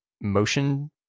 motion